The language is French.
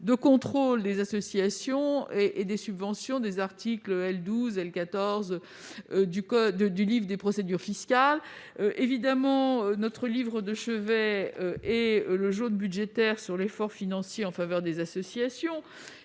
de contrôle des associations et des subventions prévus aux articles L. 12 et L. 14 du livre des procédures fiscales. Évidemment, notre livre de chevet est le jaune budgétaire sur l'effort financier de l'État en faveur des associations :